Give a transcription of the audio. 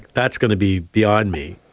that's going to be beyond me.